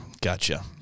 Gotcha